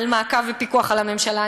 למעקב ופיקוח על הממשלה.